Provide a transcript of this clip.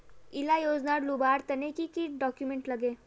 इला योजनार लुबार तने की की डॉक्यूमेंट लगे?